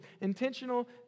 Intentional